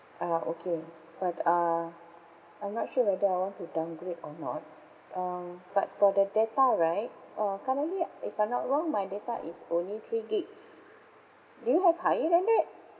ah okay but uh I'm not sure whether I want to downgrade or not um but for the data right uh currently if I'm not wrong my data is only three gig do you have higher than that